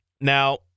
Now